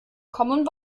common